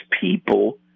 people